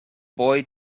boy